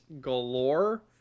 galore